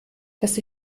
dass